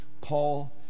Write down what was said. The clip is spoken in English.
Paul